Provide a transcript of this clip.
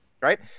right